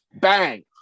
Bang